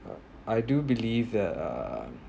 uh I do believe err